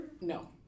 No